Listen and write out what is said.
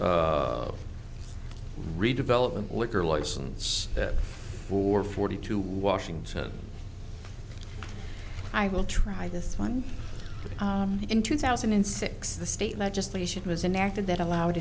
you redevelopment liquor license for forty two washington i will try this one in two thousand and six the state legislation was enacted that allowed